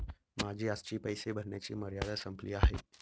माझी आजची पैसे भरण्याची मर्यादा संपली आहे